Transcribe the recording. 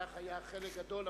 לך היה חלק גדול,